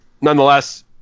Nonetheless